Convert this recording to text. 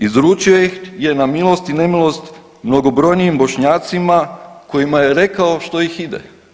Izručio ih je na milost i nemilost mnogobrojnijim Bošnjacima kojima je rekao što ih ide.